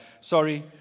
sorry